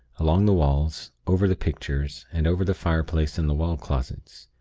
along the walls, over the pictures, and over the fireplace and the wall closets.